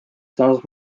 samas